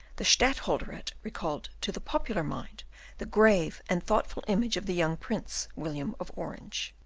the stadtholderate recalled to the popular mind the grave and thoughtful image of the young prince william of orange.